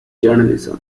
journalism